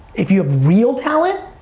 if you have real talent